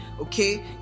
Okay